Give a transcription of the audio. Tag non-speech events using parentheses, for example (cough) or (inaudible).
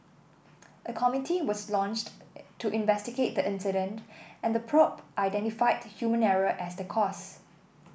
a committee was launched (unintelligible) to investigate the incident and the probe identified human error as the cause